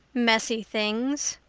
messy things,